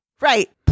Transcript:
right